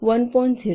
1